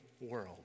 world